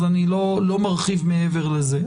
אני לא מרחיב מעבר לזה.